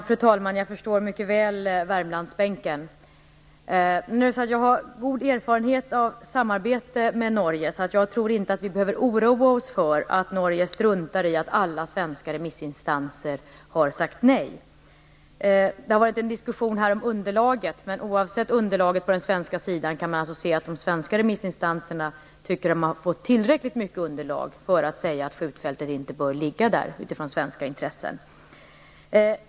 Fru talman! Jag förstår Värmlandsbänken mycket väl. Jag har god erfarenhet av samarbete med Norge. Därför tror jag inte att vi behöver oroa oss för att Norge struntar i att alla svenska remissinstanser har sagt nej. Det har varit en diskussion om underlaget. Men oavsett vilket underlag som finns när det gäller den svenska sidan tycker alltså de svenska remissinstanserna att de har tillräckligt mycket underlag för att säga att skjutfältet, utifrån svenska intressen, inte bör ligga där.